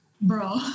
bro